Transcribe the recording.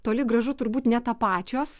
toli gražu turbūt netapačios